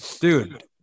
dude